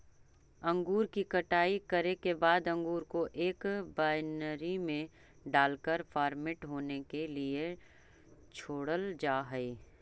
अंगूर की कटाई करे के बाद अंगूर को एक वायनरी में डालकर फर्मेंट होने के लिए छोड़ल जा हई